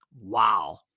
Wow